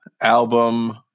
album